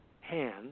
hand